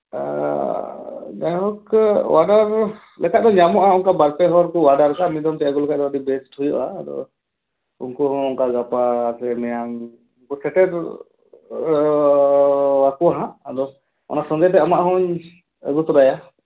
ᱡᱟᱭᱦᱳᱠ ᱚᱰᱟᱨ ᱞᱮᱠᱷᱟᱱ ᱫᱚ ᱧᱟᱢᱚᱜᱼᱟ ᱚᱱᱠᱟ ᱵᱟᱨ ᱯᱮ ᱦᱚᱲ ᱠᱚ ᱚᱰᱟᱨ ᱞᱮᱠᱷᱟᱱ ᱢᱤᱫ ᱫᱚᱢᱛᱮ ᱟᱹᱜᱩ ᱞᱮᱠᱷᱟᱱ ᱫᱚ ᱟᱹᱰᱤ ᱵᱮᱥᱴ ᱦᱩᱭᱩᱜᱼᱟ ᱟᱫᱚ ᱩᱱᱠᱩ ᱦᱚᱸ ᱚᱱᱠᱟ ᱜᱟᱯᱟ ᱥᱮ ᱢᱮᱭᱟᱝ ᱠᱚ ᱥᱮᱴᱮᱨ ᱟᱠᱚ ᱦᱟᱸᱜ ᱟᱫᱚ ᱚᱱᱟ ᱥᱚᱢᱚᱭ ᱫᱚ ᱟᱢᱟᱜ ᱦᱚᱧ ᱟᱹᱜᱩ ᱛᱚᱨᱟᱭᱟ